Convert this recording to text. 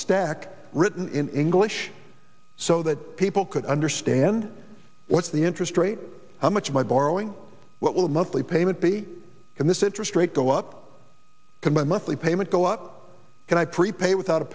stack written in english so that people could understand what's the interest rate how much my borrowing what will a monthly payment be can this interest rate go up because my monthly payment go up can i prepay without a